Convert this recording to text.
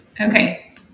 okay